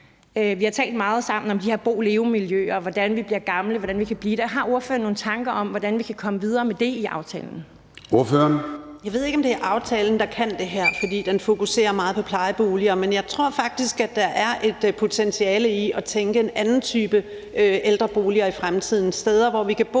Vi har talt meget sammen om de her leve-bo-miljøer, og hvordan vi bliver gamle, og hvordan vi kan bo der. Har ordføreren nogle tanker om, hvordan vi kan komme videre med det i aftalen? Kl. 10:06 Formanden (Søren Gade): Ordføreren. Kl. 10:06 Kirsten Normann Andersen (SF): Jeg ved ikke, om det er aftalen, der kan det her, for den fokuserer meget på plejeboliger, men jeg tror faktisk, der er et potentiale i at tænke i en anden type ældreboliger i fremtiden – steder, hvor vi kan bo